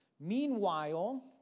Meanwhile